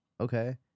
okay